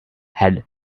had